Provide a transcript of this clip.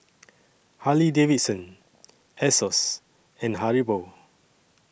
Harley Davidson Asos and Haribo